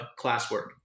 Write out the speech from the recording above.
classwork